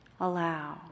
allow